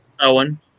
Owen